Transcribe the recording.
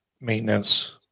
maintenance